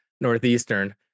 Northeastern